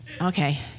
Okay